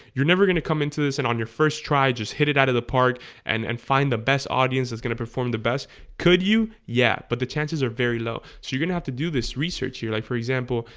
you're never gonna come into this and on your first try just hit it out of the park and and find the best audience that's gonna perform the best could you yeah? but the chances are very low so you're gonna have to do this research here like for example.